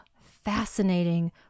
fascinating